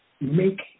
make